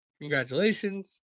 congratulations